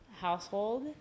household